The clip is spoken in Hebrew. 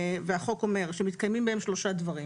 שהחוק אומר שמתקיימים בהם שלושה דברים: